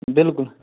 بِلکُل